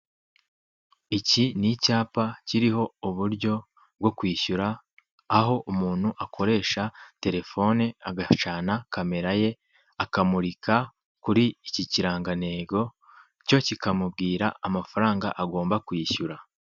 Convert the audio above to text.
Iki ni icyapa kiriho uburyo bo kwishyura aho umuntu akoresha terefone agacana camera ye akamurika kuri iki kirangantego cyo kikamubwira amafaranga agomba kwishyura.